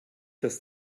dass